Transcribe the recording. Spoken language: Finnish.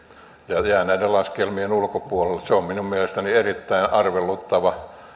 ja jää näiden laskelmien ulkopuolelle se on minun mielestäni erittäin arveluttava